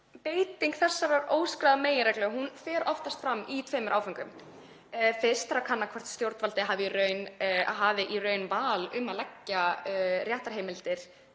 Beiting þessarar óskráðu meginreglu fer oftast fram í tveimur áföngum. Fyrst er að kanna hvort stjórnvaldið hafi í raun val um að leggja mál